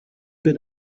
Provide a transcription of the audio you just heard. been